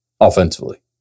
offensively